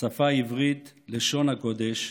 השפה העברית, לשון הקודש,